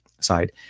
side